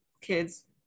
kids